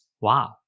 Wow